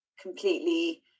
completely